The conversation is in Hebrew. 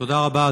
תודה רבה,